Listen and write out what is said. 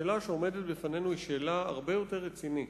השאלה שעומדת לפנינו היא שאלה הרבה יותר רצינית.